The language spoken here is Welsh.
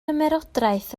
ymerodraeth